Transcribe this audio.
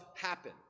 happen